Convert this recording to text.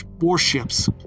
warships